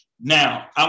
Now